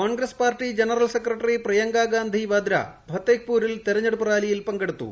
Congress party general secretary Priyanka Gandhi Vadra ഫത്തേഹ്പൂരിൽ തെരഞ്ഞെടുപ്പ് റാലിയിൽ പങ്കെടുത്തു